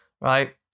right